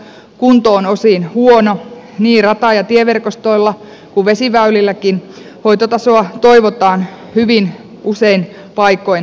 kunto on osin huono niin rata ja tieverkostoilla kuin vesiväylilläkin hoitotasoa toivotaan hyvin usein paikoin paremmaksi